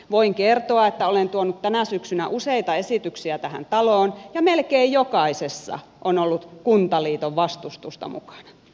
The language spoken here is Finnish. voin kertoa että olen tuonut tänä syksynä useita esityksiä tähän taloon ja melkein jokaisessa on ollut kuntaliiton vastustusta mukana